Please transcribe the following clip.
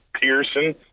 Pearson